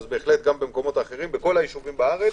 אבל גם במקומות האחרים בכל הישובים בארץ